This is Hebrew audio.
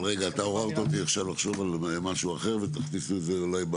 אבל רגע אתה עוררת אותי לחשוב עכשיו על משהו אחר ותכניסו את זה אולי,